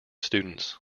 students